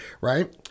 right